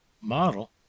model